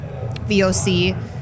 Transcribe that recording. VOC